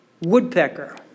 woodpecker